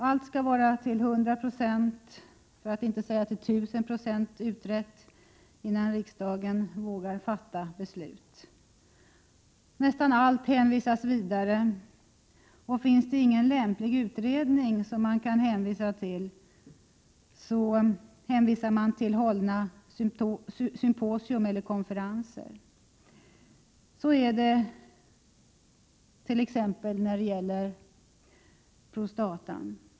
Allt skall vara till hundra procent — för att inte säga tusen procent — utrett innan riksdagen vågar fatta beslut. Nästan allt hänvisas vidare. Finns det ingen lämplig utredning som man kan hänvisa till, ja, då hänvisar man till tidigare symposier eller konferenser. Så är det t.ex. när det gäller prostatasjukdomar.